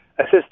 assist